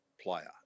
player